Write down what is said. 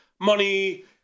money